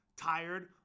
Tired